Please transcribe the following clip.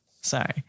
Sorry